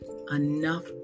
enough